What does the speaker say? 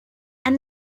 and